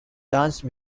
dance